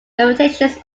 limitations